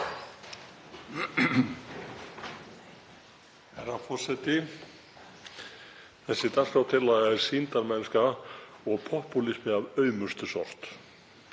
Herra forseti. Þessi dagskrártillaga er sýndarmennska og popúlismi af aumustu sort.